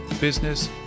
business